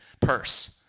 purse